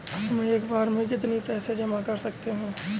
हम एक बार में कितनी पैसे जमा कर सकते हैं?